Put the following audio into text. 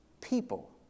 people